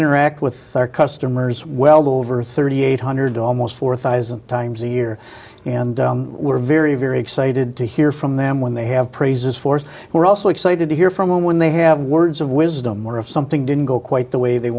interact with our customers well over thirty eight hundred almost four thousand times a year and we're very very excited to hear from them when they have praises for us we're also excited to hear from them when they have words of wisdom or if something didn't go quite the way they